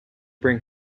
bring